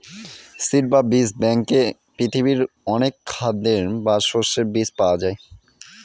seed বা বীজ ব্যাঙ্কে পৃথিবীর অনেক খাদ্যের বা শস্যের বীজ পাওয়া যায়